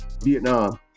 Vietnam